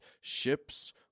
ships